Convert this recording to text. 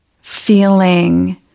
feeling